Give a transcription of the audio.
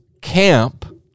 camp